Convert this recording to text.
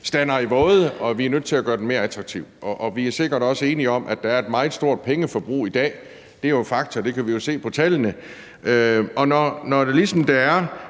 stander i våde, og at vi er nødt til at gøre den mere attraktiv. Vi er sikkert også enige om, at der er et meget stort pengeforbrug i dag, det er jo fakta, kan vi se på tallene, og når der ligesom er